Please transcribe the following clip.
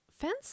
fence